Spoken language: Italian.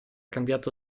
cambiato